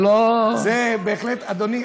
זה, בהחלט, אדוני.